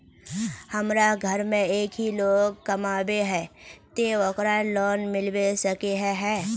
हमरा घर में एक ही लोग कमाबै है ते ओकरा लोन मिलबे सके है?